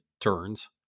turns